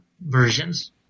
versions